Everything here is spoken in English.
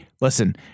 listen